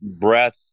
breath